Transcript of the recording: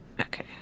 Okay